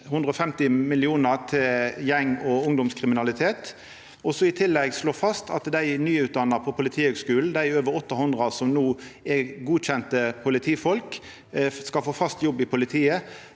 150 mill. kr øyremerkt til gjeng- og ungdomskriminalitet, og så i tillegg slå fast at dei nyutdanna frå Politihøgskulen, dei over 800 som no er godkjende politifolk, skal få fast jobb i politiet.